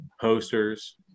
posters